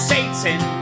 Satan